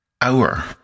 hour